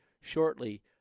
shortly